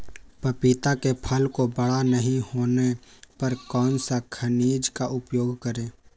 पपीता के फल को बड़ा नहीं होने पर कौन सा खनिज का उपयोग करें?